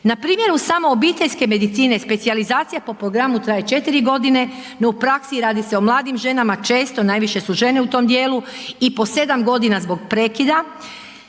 Na primjeru samo obiteljske medicine specijalizacija po programu traje 4 godine, no u praksi radi se o mladim ženama često najviše su žene u tom dijelu i po 7 godina zbog prekida